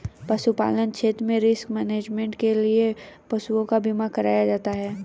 पशुपालन क्षेत्र में रिस्क मैनेजमेंट के लिए पशुओं का बीमा कराया जाता है